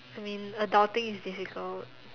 I mean adulting is difficult